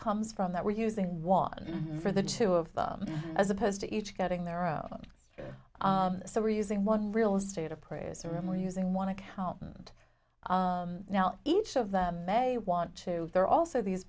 comes from that we're using one for the two of them as opposed to each getting their own so we're using one real estate appraiser more using one accountant now each of them may want to they're also these